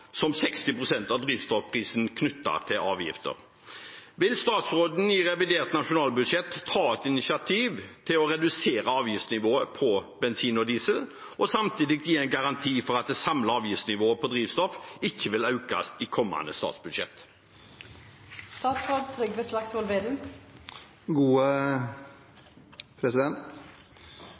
som 60 pst. av drivstoffprisen knyttet til avgifter. Vil statsråden i revidert nasjonalbudsjett ta initiativ til å redusere avgiftsnivået på bensin og diesel og samtidig gi en garanti for at det samlede avgiftsnivået på drivstoff ikke vil økes i kommende statsbudsjett?»